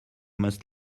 must